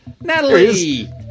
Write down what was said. Natalie